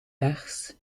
rechts